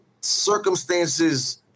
circumstances